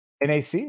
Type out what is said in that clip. NAC